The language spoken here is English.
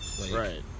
right